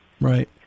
Right